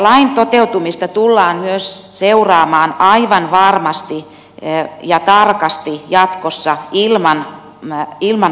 lain toteutumista tullaan myös seuraamaan aivan varmasti ja tarkasti jatkossa ilman lausumaakin